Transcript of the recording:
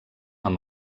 amb